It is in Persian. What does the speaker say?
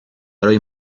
جایی